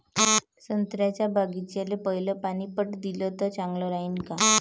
संत्र्याच्या बागीचाले पयलं पानी पट दिलं त चालन का?